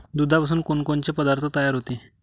दुधापासून कोनकोनचे पदार्थ तयार होते?